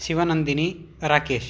शिवनन्दिनी राकेशः